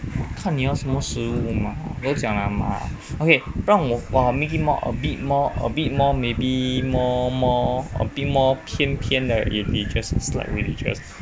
看你要什么食物嘛都讲了嘛 okay 让我 I will make it more a bit more a bit more maybe more more a bit more 偏偏的 in religious slight religious